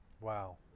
Wow